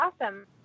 Awesome